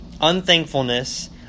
unthankfulness